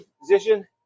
position